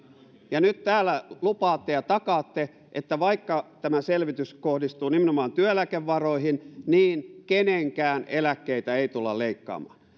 ja nyt täällä lupaatte ja takaatte että vaikka tämä selvitys kohdistuu nimenomaan työeläkevaroihin niin kenenkään eläkkeitä ei tulla leikkaamaan